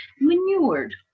manured